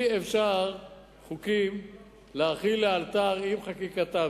אי-אפשר להחיל חוקים לאלתר עם חקיקתם.